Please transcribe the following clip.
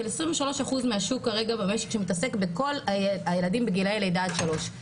של 23% מהשוק כרגע במשק שמתעסק בכל הילדים בגילאי לידה עד שלוש.